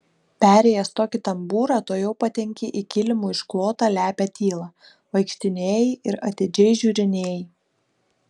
perėjęs tokį tambūrą tuojau patenki į kilimu išklotą lepią tylą vaikštinėji ir atidžiai žiūrinėji